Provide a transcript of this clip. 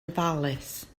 ofalus